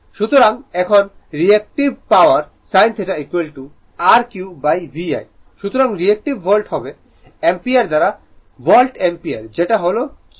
সুতরাং এখন reactive power sin θ r QVI সুতরাং রিএক্টিভ ভোল্ট হবে অ্যাম্পিয়ার দ্বারা ভোল্ট অ্যাম্পিয়ার যেটা হল QVI